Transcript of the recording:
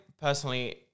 personally